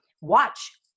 watch